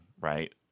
right